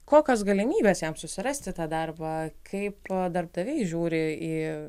kokios galimybės jam susirasti tą darbą kaip darbdaviai žiūri į